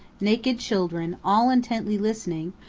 naked children, all intently listening,